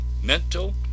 mental